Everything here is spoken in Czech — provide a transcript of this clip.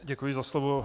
Děkuji za slovo.